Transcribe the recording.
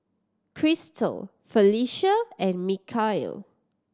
Chrystal Felisha and Mikal